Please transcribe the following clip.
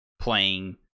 playing